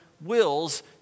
wills